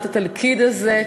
התלכיד הזה,